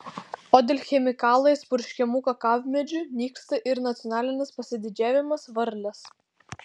o dėl chemikalais purškiamų kakavmedžių nyksta ir nacionalinis pasididžiavimas varlės